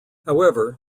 however